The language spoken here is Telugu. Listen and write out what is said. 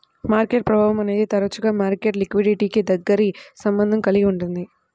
మార్కెట్ ప్రభావం అనేది తరచుగా మార్కెట్ లిక్విడిటీకి దగ్గరి సంబంధం కలిగి ఉంటుంది